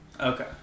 Okay